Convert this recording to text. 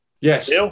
Yes